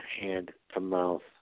hand-to-mouth